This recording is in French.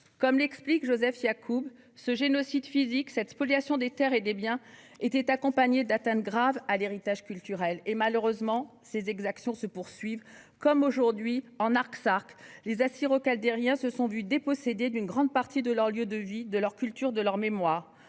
Comme l'explique Joseph Yacoub, « ce génocide physique et cette spoliation des terres et des biens étaient accompagnés d'atteintes graves à l'héritage culturel ». Malheureusement, ces exactions se poursuivent. Comme aujourd'hui les Arméniens de l'Artsakh, les Assyro-Chaldéens se sont vus déposséder d'une grande partie de leurs lieux de vie, de culture et de mémoire.